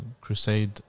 crusade